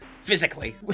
physically